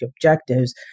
objectives